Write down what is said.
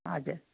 हजुर